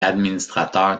administrateur